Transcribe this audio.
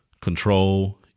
control